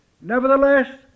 Nevertheless